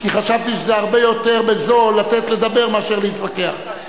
כי חשבתי שזה הרבה יותר בזול לתת לדבר מאשר להתווכח.